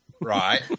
right